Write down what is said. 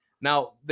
Now